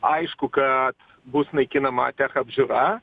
aišku kad bus naikinama tech apžiūra